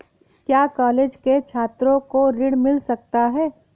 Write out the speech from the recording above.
क्या कॉलेज के छात्रो को ऋण मिल सकता है?